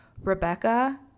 Rebecca